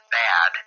bad